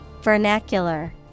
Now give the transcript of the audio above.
Vernacular